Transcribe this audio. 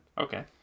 Okay